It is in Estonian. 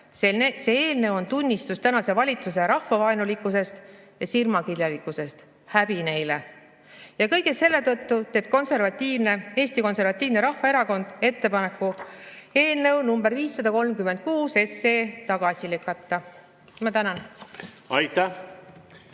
See eelnõu on tunnistus tänase valitsuse rahvavaenulikkusest ja silmakirjalikkusest. Häbi neile! Ja kõige selle tõttu teeb Eesti Konservatiivne Rahvaerakond ettepaneku eelnõu nr 536 tagasi lükata. Ma tänan!